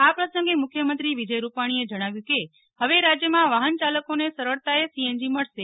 આ પ્રસંગે મુખ્યમંત્રી વિજય રૂપાણીએ જણાવ્યું કે હવે રાજ્યમાં વાહનચાલકોને સરળતાએ સીએનજી મળશે